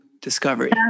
discovery